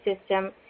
system